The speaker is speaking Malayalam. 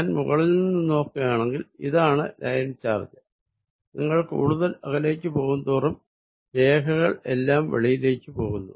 ഞാൻ മുകളിൽ നിന്നും നോക്കുകയാണെങ്കിൽ ഇതാണ് ലൈൻ ചാർജ് നിങ്ങൾ കൂടുതൽ അകലേക്ക് പോകും തോറും രേഖകൾ എല്ലാം വെളിയിലേക്ക് പോകുന്നു